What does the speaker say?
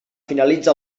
finalitza